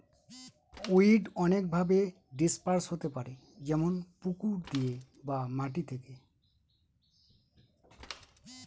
weed অনেকভাবে disperse হতে পারে যেমন পুকুর দিয়ে বা মাটি থেকে